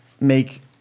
make